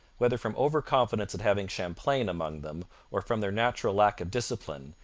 whether from over-confidence at having champlain among them or from their natural lack of discipline,